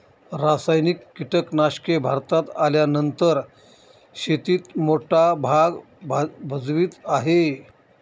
रासायनिक कीटनाशके भारतात आल्यानंतर शेतीत मोठा भाग भजवीत आहे